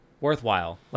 Worthwhile